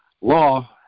law